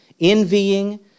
envying